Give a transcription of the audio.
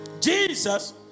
Jesus